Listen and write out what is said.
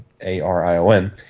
A-R-I-O-N